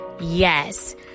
Yes